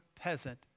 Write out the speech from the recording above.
peasant